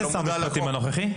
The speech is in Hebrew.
המשפטים הנוכחי.